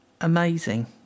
amazing